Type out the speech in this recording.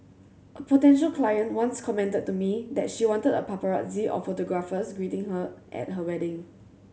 a potential client once commented to me that she wanted a paparazzi of photographers greeting her at her wedding